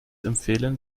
empfehlen